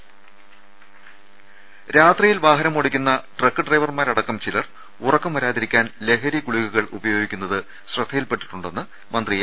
രുട്ട്ട്ട്ട്ട്ട്ട്ട്ട രാത്രിയിൽ വാഹനമോടിക്കുന്ന ട്രക്ക് ഡ്രൈവർമാരടക്കം ചിലർ ഉറക്കം വരാതിരിക്കാൻ ലഹരി ഗുളികകൾ ഉപയോഗിക്കുന്നത് ശ്രദ്ധയിൽപ്പെട്ടിട്ടു ണ്ടെന്ന് മന്ത്രി എ